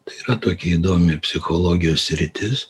tai yra tokia įdomi psichologijos sritis